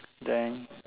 then